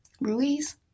Ruiz